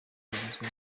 bagezwa